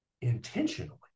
intentionally